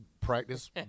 practice